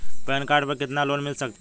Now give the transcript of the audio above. Pan card पर कितना loan मिल सकता है?